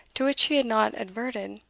to which he had not adverted.